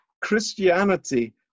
Christianity